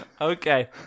Okay